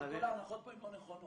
כל ההנחות פה הן לא נכונות.